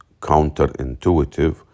counterintuitive